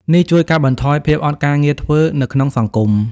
នេះជួយកាត់បន្ថយភាពអត់ការងារធ្វើនៅក្នុងសង្គម។